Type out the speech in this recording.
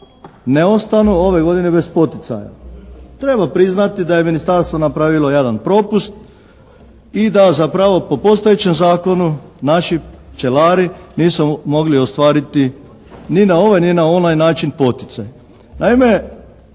ne ostanu ove godine bez poticaja. Treba priznati da je ministarstvo napravilo jedan propust i da zapravo po postojećem zakonu naši pčelari nisu mogli ostvariti ni na ovaj ni na onaj način poticaj. Naime,